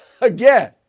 again